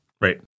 Right